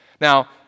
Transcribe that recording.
Now